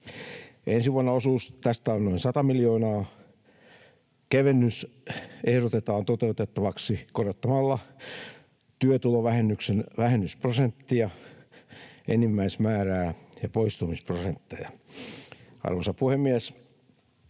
Ensi vuonna osuus tästä on noin 100 miljoonaa. Kevennys ehdotetaan toteutettavaksi korottamalla työtulovähennyksen vähennysprosenttia, enimmäismäärää ja poistumisprosentteja. Arvoisa puhemies!